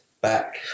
back